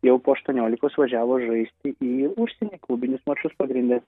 jau po aštuoniolikos važiavo žaisti į užsienį klubinius mačus pagrinde